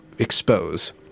Expose